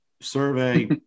survey